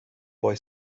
boy